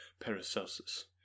Paracelsus